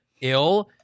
ill